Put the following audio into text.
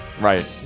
Right